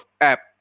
app